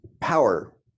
power